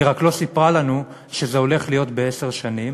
היא רק לא סיפרה לנו שזה הולך להיות בעשר שנים,